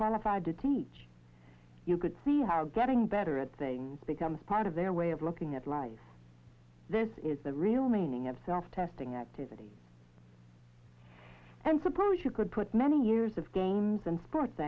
qualified to teach you could see how getting better at things becomes part of their way of looking at life this is the real meaning of self testing activity and suppose you could put many years of games and sports